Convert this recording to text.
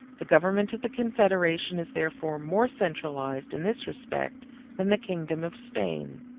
the government of the confederation is therefore more centralized in this respect than the kingdom of spain.